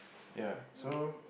ya so